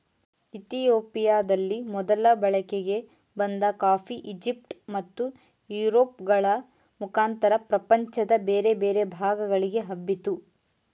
ಇತಿಯೋಪಿಯದಲ್ಲಿ ಮೊದಲು ಬಳಕೆಗೆ ಬಂದ ಕಾಫಿ ಈಜಿಪ್ಟ್ ಮತ್ತು ಯುರೋಪ್ ಗಳ ಮುಖಾಂತರ ಪ್ರಪಂಚದ ಬೇರೆ ಬೇರೆ ಭಾಗಗಳಿಗೆ ಹಬ್ಬಿತು